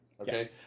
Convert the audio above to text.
okay